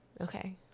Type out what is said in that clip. Okay